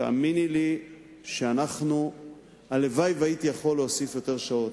תאמיני לי, הלוואי שהייתי יכול להוסיף יותר שעות.